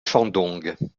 shandong